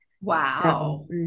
Wow